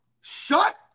Shut